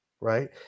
right